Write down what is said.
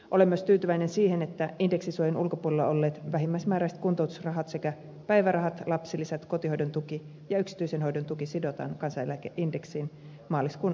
olen myös tyytyväinen siihen että indeksisuojan ulkopuolella olleet vähimmäismääräiset kuntoutusrahat sekä päivärahat lapsilisät kotihoidon tuki ja yksityisen hoidon tuki sidotaan kansaneläkeindeksiin maaliskuun alusta alkaen